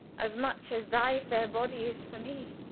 as much as thy fair body is for me!